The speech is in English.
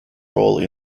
role